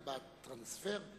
את בטרנספר?